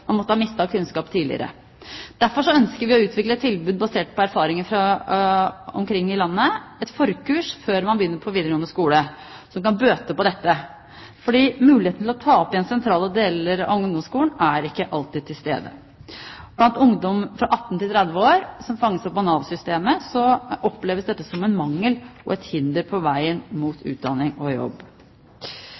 man har mistet av kunnskap tidligere. Derfor ønsker vi å utvikle et tilbud basert på erfaringer rundt om i landet, et forkurs før man begynner på videregående skole, som kan bøte på dette. Muligheten til å ta opp igjen sentrale deler av ungdomsskolen er ikke alltid til stede. Blant ungdom fra 18 til 30 år som fanges opp av Nav-systemet, oppleves dette som en mangel og et hinder på veien mot utdanning og jobb.